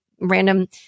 random